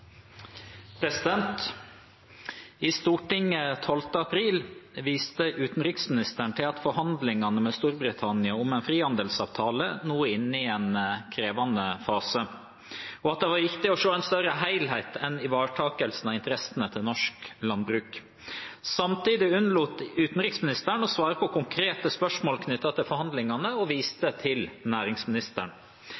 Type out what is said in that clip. inne i en krevende fase, og at det var viktig å se en større helhet enn ivaretakelse av interessene til norsk landbruk. Samtidig unnlot utenriksministeren å svare på konkrete spørsmål knyttet til forhandlingene og viste